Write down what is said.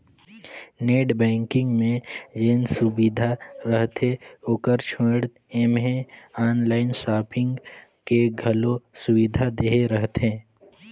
net banking मे जेन सुबिधा रहथे ओकर छोयड़ ऐम्हें आनलाइन सापिंग के घलो सुविधा देहे रहथें